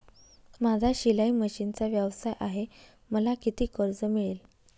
माझा शिलाई मशिनचा व्यवसाय आहे मला किती कर्ज मिळेल?